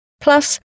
Plus